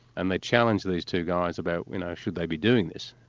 and they challenged these two guys about, you know, should they be doing this.